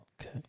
Okay